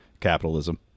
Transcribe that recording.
capitalism